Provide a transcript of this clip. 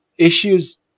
Issues